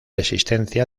existencia